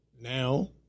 now